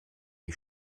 die